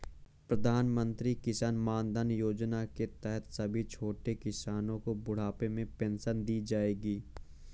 प्रधानमंत्री किसान मानधन योजना के तहत सभी छोटे किसानो को बुढ़ापे में पेंशन दी जाएगी